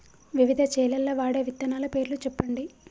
వివిధ చేలల్ల వాడే విత్తనాల పేర్లు చెప్పండి?